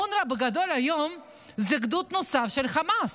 אונר"א, בגדול, היום זה גדוד נוסף של חמאס.